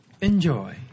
enjoy